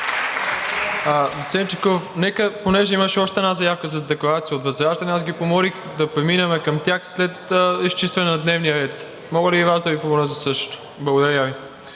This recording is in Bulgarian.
добре.